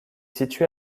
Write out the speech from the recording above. situé